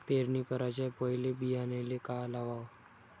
पेरणी कराच्या पयले बियान्याले का लावाव?